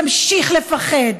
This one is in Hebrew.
תמשיך לפחד.